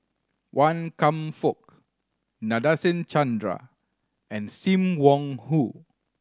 Wan Kam Fook Nadasen Chandra and Sim Wong Hoo